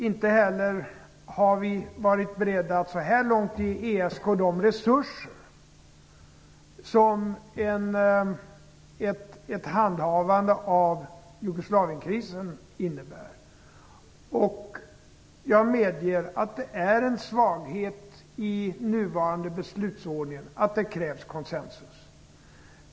Inte heller har vi varit beredda att så här långt ge ESK de resurser som ett handhavande av Jugoslavienkrisen kräver. Jag medger att det är en svaghet i nuvarande beslutsordning att det krävs konsensus.